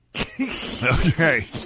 Okay